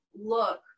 look